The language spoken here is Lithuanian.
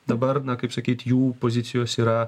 dabar kaip sakyt jų pozicijos yra